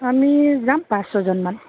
আমি যাম পাঁচ ছজনমান